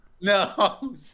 No